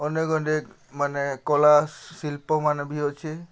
ଅନେକ ଅନେକ ମାନେ କଳା ଶିଳ୍ପମାନେ ବି ଅଛେ